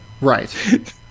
right